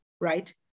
right